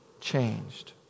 changed